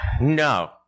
No